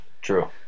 True